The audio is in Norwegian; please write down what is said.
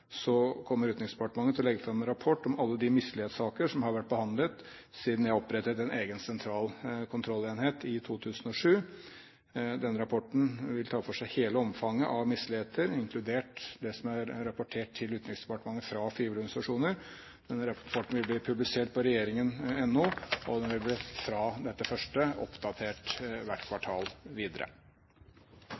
kommer til å legge fram en rapport over de mislighetssaker som har vært behandlet siden jeg opprettet en egen sentral kontrollenhet i 2007. Denne rapporten vil ta for seg hele omfanget av misligheter, inkludert det som er rapportert til Utenriksdepartementet fra frivillige organisasjoner. Rapporten vil bli publisert på regjeringen.no, og den vil etter denne første publiseringen bli oppdatert hvert kvartal videre.